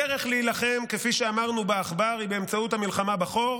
הדרך להילחם בעכבר היא באמצעות המלחמה בחור,